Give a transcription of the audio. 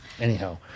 anyhow